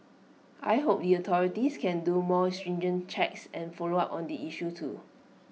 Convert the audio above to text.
I hope the authorities can do more stringent checks and follow up on the issue too